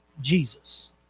Jesus